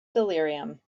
delirium